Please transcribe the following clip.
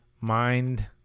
mind